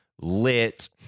Lit